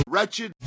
Wretched